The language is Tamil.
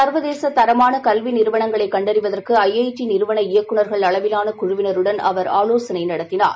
சர்வதேச தரமான கல்வி நிறுவனங்களைக் கண்டறிவதற்கு ஐஐடி நிறுவன இயக்குநர்கள் அளவிலான குழுவினருடன் அவர் ஆலோசனை நடத்தினார்